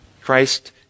Christ